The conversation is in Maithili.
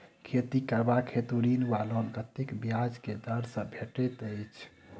खेती करबाक हेतु ऋण वा लोन कतेक ब्याज केँ दर सँ भेटैत अछि?